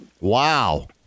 Wow